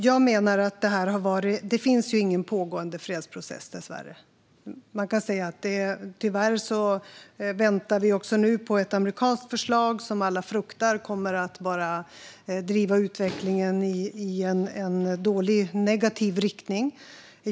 Fru talman! Dessvärre finns det inte någon pågående fredsprocess. Tyvärr väntar vi nu på ett amerikanskt förslag som alla fruktar bara kommer att driva utvecklingen i en negativ riktning.